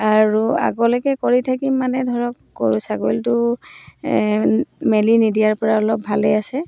আৰু আগলৈকে কৰি থাকিম মানে ধৰক গৰু ছাগলীটো মেলি নিদিয়াৰপৰা অলপ ভালেই আছে